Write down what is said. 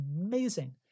amazing